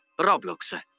Roblox